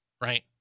right